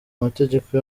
amategeko